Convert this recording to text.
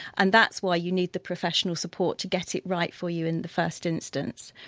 and that's why you need the professional support to get it right for you in the first instance.